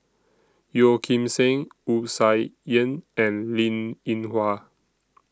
Yeo Kim Seng Wu Tsai Yen and Linn in Hua